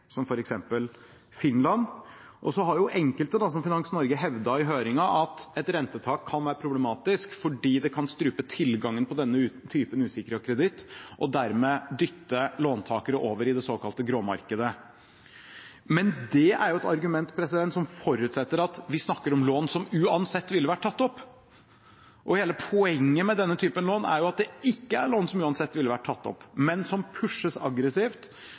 Finland. Og så har enkelte, som Finans Norge, hevdet i høringen at et rentetak kan være problematisk fordi det kan strupe tilgangen på denne typen usikret kreditt og dermed dytte låntakere over i det såkalte gråmarkedet. Men det er jo et argument som forutsetter at vi snakker om lån som uansett ville vært tatt opp, og hele poenget med denne typen lån er jo at det ikke er lån som uansett ville vært tatt opp, men som pushes aggressivt,